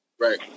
Right